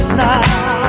now